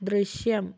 ദൃശ്യം